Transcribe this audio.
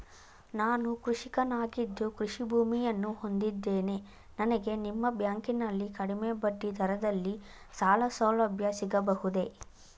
ನಾನು ಕೃಷಿಕನಾಗಿದ್ದು ಕೃಷಿ ಭೂಮಿಯನ್ನು ಹೊಂದಿದ್ದೇನೆ ನನಗೆ ನಿಮ್ಮ ಬ್ಯಾಂಕಿನಲ್ಲಿ ಕಡಿಮೆ ಬಡ್ಡಿ ದರದಲ್ಲಿ ಸಾಲಸೌಲಭ್ಯ ಸಿಗಬಹುದೇ?